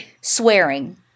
Swearing